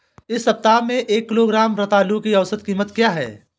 इस सप्ताह में एक किलोग्राम रतालू की औसत कीमत क्या है?